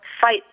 fight